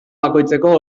bakoitzeko